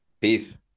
Peace